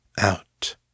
Out